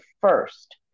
first